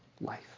life